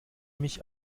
mich